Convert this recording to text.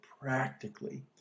practically